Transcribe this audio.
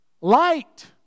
light